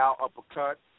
Uppercut